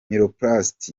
miroplast